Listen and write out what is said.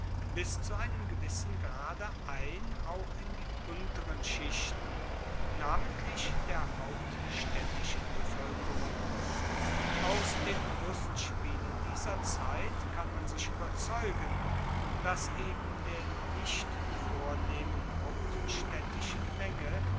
bis zu einem gewissen grade ein auch in die unteren schichten namentlich der hauptstaedtischen bevoelkerung aus den lustspielen dieser zeit kann man sich ueberzeugen dass eben der nicht vornehmen hauptstaedtischen menge